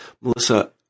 Melissa